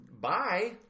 bye